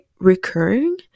recurring